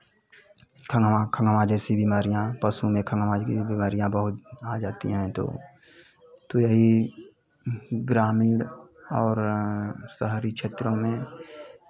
खमना खमना जैसी बीमारियाँ पशु में खमरा की बीमारियाँ बहुत आ जाती है तो यही ग्रामीण और शहरी क्षेत्रों में